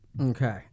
Okay